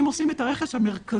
אם עושים את הרכש המרכזי,